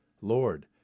Lord